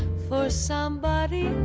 for somebody.